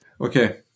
Okay